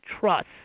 trust